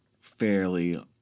fairly